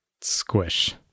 Squish